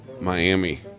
Miami